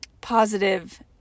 positive